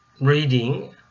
reading